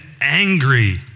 angry